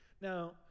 Now